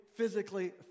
physically